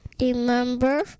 Remember